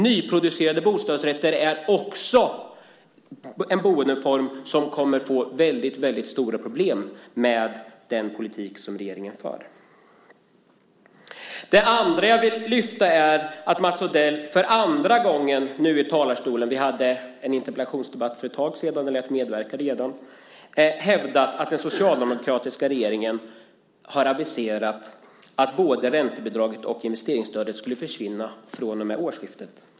Nyproducerade bostadsrätter är också en boendeform som kommer att få väldigt stora problem med den politik som regeringen har. Det andra jag vill lyfta fram är att Mats Odell nu för andra gången i talarstolen - vi hade en interpellationsdebatt för ett tag sedan då han medverkade - hävdat att den socialdemokratiska regeringen har aviserat att både räntebidraget och investeringsstödet skulle försvinna från årsskiftet.